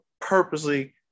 purposely